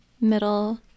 middle